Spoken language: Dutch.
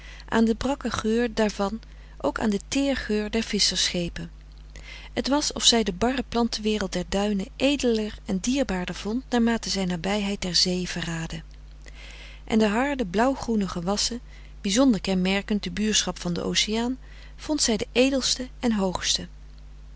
aan den brakken geur daarvan ook aan den teergeur der visschersschepen het was of zij de barre plantenwereld der duinen edeler en dierbaarder vond naarmate zij nabijheid der zee verraadde en de harde blauwgroene gewassen bizonder kenmerkend de buurschap van den oceaan vond zij de edelsten en hoogsten